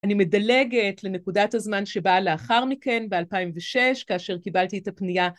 אני מדלגת לנקודת הזמן שבאה לאחר מכן, ב-2006, כאשר קיבלתי את הפנייה.